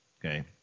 Okay